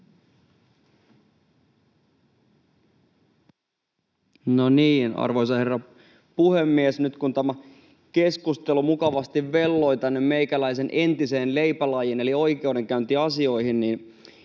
Arvoisa herra puhemies! Nyt kun tämä keskustelu mukavasti velloi tänne meikäläisen entiseen leipälajiin eli oikeudenkäyntiasioihin, niin